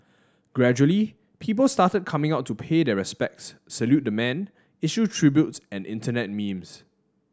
gradually people started coming out to pay their respects salute the man issue tributes and internet memes